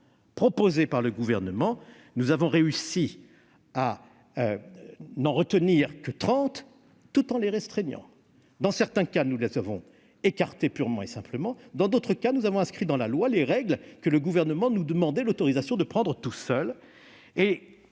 proposées par le Gouvernement, nous avons réussi à n'en retenir que 30, tout en les restreignant. Dans certains cas, nous les avons écartées purement et simplement ; dans d'autres cas, nous avons inscrit dans la loi les règles que le Gouvernement voulait édicter seul ; dans le reste des